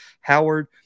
Howard